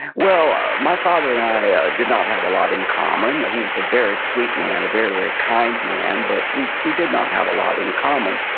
well, my father and i ah did not have a lot in common. he was a very sweet man, a very, very kind man, but we we did not have a lot in common,